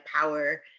power